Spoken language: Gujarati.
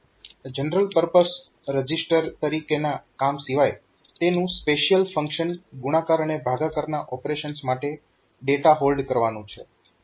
જનરલ પરપઝ રજીસ્ટર તરીકેના કામ સિવાય તેનું સ્પેશિયલ ફંક્શન ગુણાકાર અને ભાગાકારના ઓપરેશન્સ માટે ડેટા હોલ્ડ કરવાનું છે